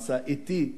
עשה אתי,